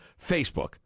Facebook